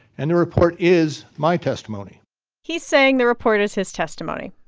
and the report is my testimony he's saying the report is his testimony.